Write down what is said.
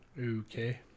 Okay